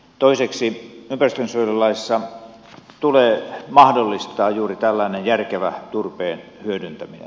toiseksi ympäristönsuojelulaissa tulee mahdollistaa juuri tällainen järkevä turpeen hyödyntäminen